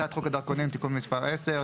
הצעת חוק הדרכונים (תיקון מס' 10),